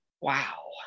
wow